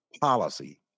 policy